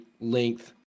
length